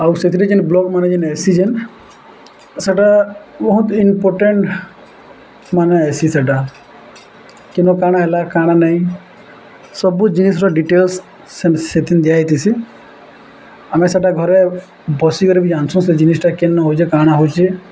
ଆଉ ସେଥିରେ ଯେନ୍ ବ୍ଲକମାନେ ଯେନ୍ ଏସି ଯେନ୍ ସେଟା ବହୁତ ଇମ୍ପୋଟାଣ୍ଟ ମାନେ ଏସି ସେଟା କି ନ କାଣା ହେଲା କାଣା ନାଇଁ ସବୁ ଜିନିଷର ଡିଟେଲ୍ସ୍ ଦିଆ ହେଇଥିସି ଆମେ ସେଟା ଘରେ ବସିକରି ବି ଜାଣିଛୁ ସେ ଜିନିଷଟା କେନ୍ ହଉଛେ କାଣା ହଉଛି